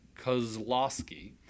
Kozlowski